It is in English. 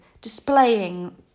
displaying